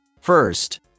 First